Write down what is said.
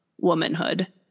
womanhood